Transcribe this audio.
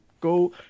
go